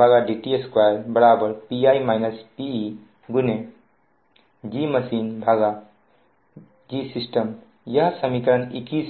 Pi -Pe GmachineGsystemयह समीकरण 21 है